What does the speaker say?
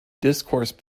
discourse